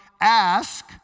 ask